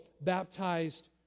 baptized